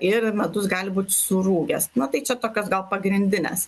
ir medus gali būt surūgęs nu tai čia tokios gal pagrindinės